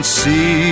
see